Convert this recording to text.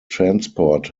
transport